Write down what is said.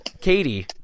Katie